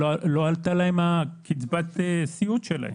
שלא עלתה להם קצבת הסיעוד שלהם.